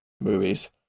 movies